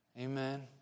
Amen